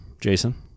Jason